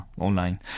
online